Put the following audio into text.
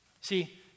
See